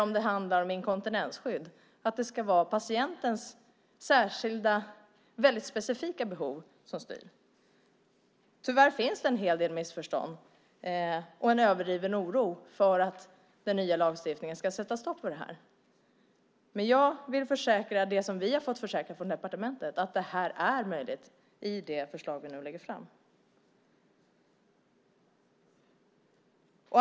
Om det handlar om inkontinensskydd ska det förstås vara patientens särskilda, specifika behov som styr. Tyvärr finns det en hel del missförstånd och en överdriven oro för att den nya lagstiftningen ska sätta stopp för det här. Jag vill försäkra er det som vi har fått oss försäkrat från departementet; det här är möjligt enligt det förslag som nu läggs fram.